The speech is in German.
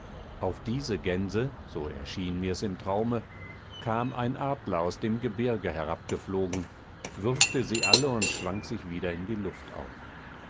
auf diese gänse so erschien mir's im traume kam ein adler aus dem gebirge herabgeflogen würgte sie alle und schwang sich wieder in die luft auf